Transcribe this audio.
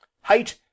height